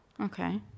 Okay